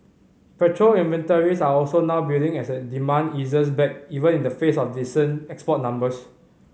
petrol inventories are also now building as a demand eases back even in the face of decent export numbers